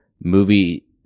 movie